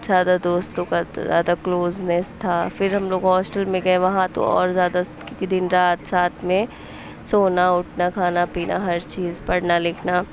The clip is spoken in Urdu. زیادہ دوستوں کا تو زیادہ کلوزنیس تھا پھر ہم لوگ ہاسٹل میں گئے وہاں تو اور زیادہ کیوں کہ دِن رات ساتھ میں سونا اُٹھنا کھانا پینا ہر چیز پڑھنا لکھنا